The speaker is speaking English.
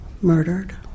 murdered